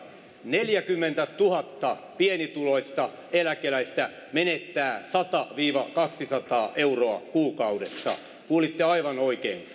neljäkymmentätuhatta pienituloista eläkeläistä menettää sata viiva kaksisataa euroa kuukaudessa kuulitte aivan oikein